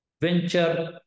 venture